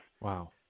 Wow